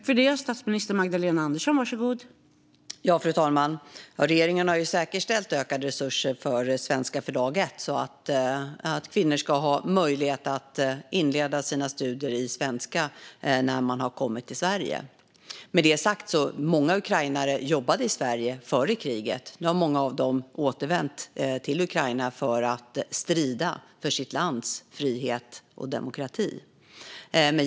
Fru talman! Regeringen har säkerställt ökade resurser till Svenska från dag ett, för att kvinnor ska ha möjlighet att inleda sina studier när de kommer till Sverige. Med detta sagt var det många ukrainare som jobbade i Sverige före kriget. Nu har många av dem återvänt till Ukraina för att strida för sitt lands frihet och demokrati.